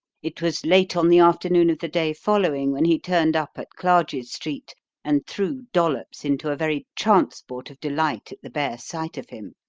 it was late on the afternoon of the day following when he turned up at clarges street and threw dollops into a very transport of delight at the bare sight of him.